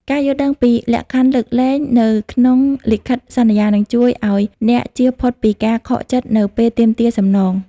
ការយល់ដឹងពី លក្ខខណ្ឌលើកលែង នៅក្នុងលិខិតសន្យា នឹងជួយឱ្យអ្នកជៀសផុតពីការខកចិត្តនៅពេលទាមទារសំណង។